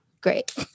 great